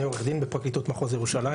אני עורך דין פלילי בפרקליטות מחוז ירושלים.